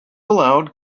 allowed